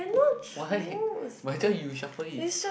why why don't you shuffle it